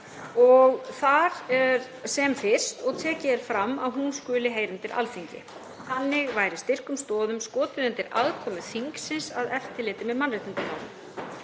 á fót sem fyrst og tekið fram að hún skyldi heyra undir Alþingi. Þannig væri styrkum stoðum skotið undir aðkomu þingsins að eftirliti með mannréttindamálum.